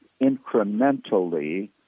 incrementally